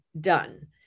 done